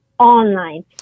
online